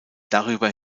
darüber